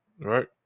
right